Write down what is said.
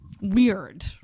weird